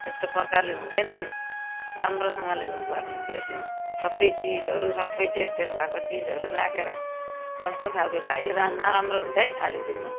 त्यस्तो प्रकारले हुँदैन नि राम्रोसँगले उयो गर्नु बेच्नु सबै चिजहरू सबै डेट फेल भएको चिजहरू राखेर कस्तो खाले भाइ हो र नराम्रो हुन्छ है अलिक दिनमा